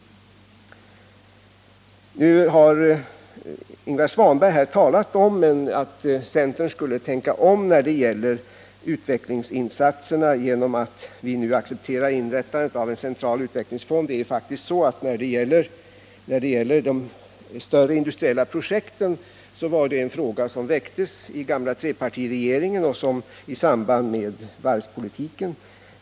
Ingvar Svanberg sade att centern tänker om när det gäller utvecklingsinsatserna genom att vi nu accepterar inrättandet av en central utvecklingsfond. I vad gäller de större industriella projekten var det faktiskt en fråga som väcktes i den gamla trepartiregeringen i samband med utformandet av varvspolitiken.